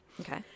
Okay